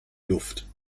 luft